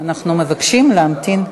אנחנו מבקשים להמתין.